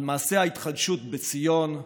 על מעשה ההתחדשות בציון,